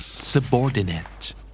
Subordinate